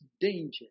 danger